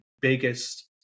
biggest